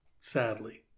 sadly